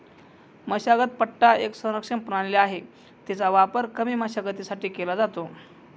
मशागत पट्टा एक संरक्षण प्रणाली आहे, तिचा वापर कमी मशागतीसाठी केला जातो